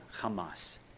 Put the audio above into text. Hamas